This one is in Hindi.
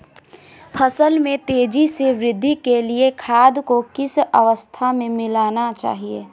फसल में तेज़ी से वृद्धि के लिए खाद को किस अवस्था में मिलाना चाहिए?